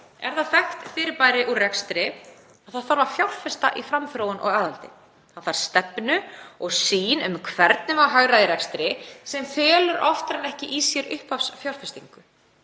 er það þekkt fyrirbæri úr rekstri að það þarf að fjárfesta í framþróun og aðhaldi. Það þarf stefnu og sýn um hvernig má hagræða í rekstri sem felur oftar en ekki í sér upphafsfjárfestingu.